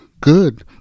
good